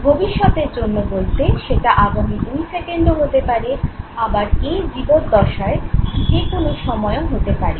ভবিষ্যতের জন্য বলতে সেটা আগামী দুই সেকেন্ডও হতে পারে আবার এ জীবদ্দশায় যে কোন সময়েও হতে পারে